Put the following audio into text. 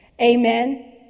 Amen